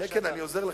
כן, אני עוזר לך.